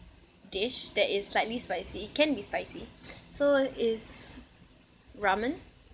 dish that is slightly spicy it can be spicy so it's ramen